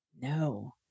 No